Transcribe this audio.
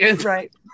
right